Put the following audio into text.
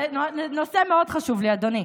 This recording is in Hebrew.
זה נושא מאוד חשוב לי, אדוני.